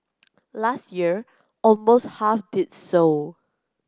last year almost half did so